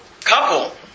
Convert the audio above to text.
couple